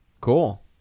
Cool